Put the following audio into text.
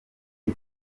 y’u